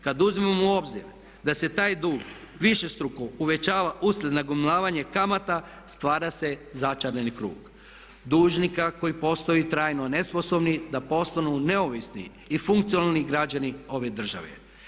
Kad uzmemo u obzir da se taj dug višestruko uvećava uslijed nagomilavanja kamata stvara se začarani krug, dužnika koji postoje trajno nesposobni da postanu neovisni i funkcionalni građani ove države.